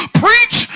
preach